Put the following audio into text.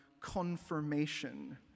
confirmation